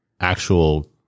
actual